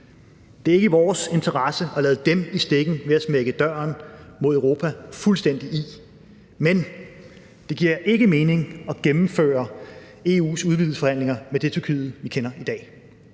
det er ikke i vores interesse at lade dem i stikken ved at smække døren mod Europa fuldstændig i, men det giver ikke mening at gennemføre EU's udvidelsesforhandlinger med det Tyrkiet, vi kender i dag.